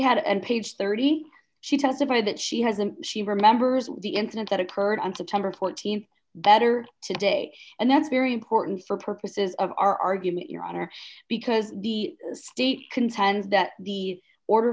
had and page thirty she testified that she hasn't she remembers the incident that occurred on september th that or today and that's very important for purposes of our argument your honor because the state contends that the order